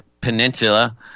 Peninsula